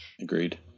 agreed